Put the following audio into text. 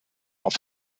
auf